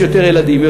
יש אצלם יותר ילדים,